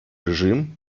режим